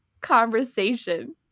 conversation